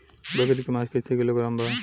बकरी के मांस कईसे किलोग्राम बा?